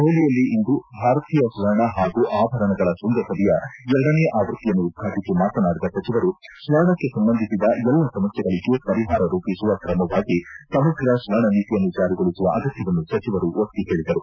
ದೆಹಲಿಯಲ್ಲಿಂದು ಭಾರತೀಯ ಸ್ವರ್ಣ ಹಾಗೂ ಆಭರಣಗಳ ಕೃಂಗಸಭೆಯ ಎರಡನೇ ಆವೃತ್ತಿಯನ್ನು ಉದ್ಘಾಟಿಸಿ ಮಾತನಾಡಿದ ಸಚಿವರು ಸ್ವರ್ಣಕ್ಕೆ ಸಂಬಂಧಿಸಿದ ಎಲ್ಲ ಸಮಸ್ವೆಗಳಿಗೆ ಪರಿಹಾರ ರೂಪಿಸುವ ಕ್ರಮವಾಗಿ ಸಮಗ್ರ ಸ್ವರ್ಣ ನೀತಿಯನ್ನು ಜಾರಿಗೊಳಿಸುವ ಅಗತ್ವವನ್ನು ಸಚಿವರು ಒತ್ತಿ ಹೇಳಿದರು